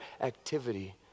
activity